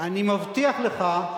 אני מבטיח לך,